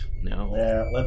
No